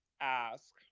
ask